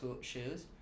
shoes